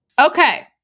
Okay